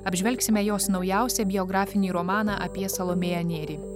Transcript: apžvelgsime jos naujausią biografinį romaną apie salomėją nėrį